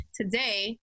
Today